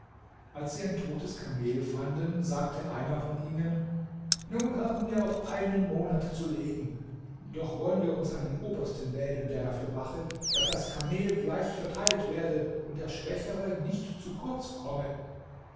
als sie ein totes kamel fanden sagte einer von ihnen nun haben wir auf einen monat zu leben doch wollen wir uns einen obersten wählen der dafür wache daß das kamel gleich verteilt werde und der schwächere nicht zu kurz komme